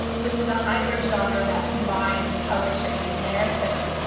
which is a hybrid genre that combines poetry and narrative.